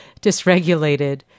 dysregulated